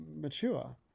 mature